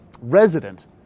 resident